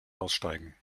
aussteigen